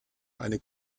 eine